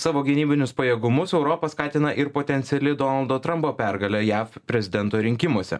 savo gynybinius pajėgumus europa skatina ir potenciali donaldo trampo pergalė jav prezidento rinkimuose